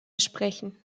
sprechen